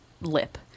lip